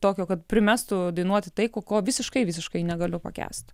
tokio kad primestų dainuoti tai ko ko visiškai visiškai negaliu pakęsti